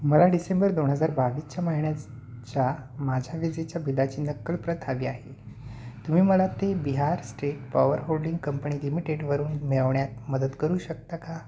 मला डिसेंबर दोन हजार बावीसच्या महिन्याच्या माझ्या विजेच्या बिलाची नक्कल प्रत हवी आहे तुम्ही मला ते Bihar state power holding company लिमिटेडवरून मिळवण्यात मदत करू शकता का